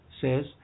says